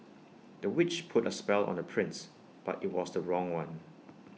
the witch put A spell on the prince but IT was the wrong one